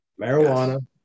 Marijuana